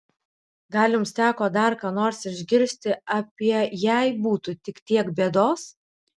gal jums teko dar ką nors išgirsti apie jei būtų tik tiek bėdos